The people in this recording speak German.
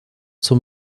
zum